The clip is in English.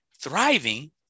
thriving